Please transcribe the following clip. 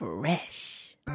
Fresh